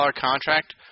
contract